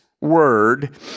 word